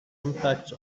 impact